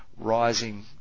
Rising